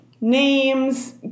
names